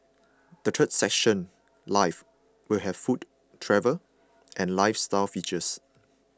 the third section life will have food travel and lifestyle features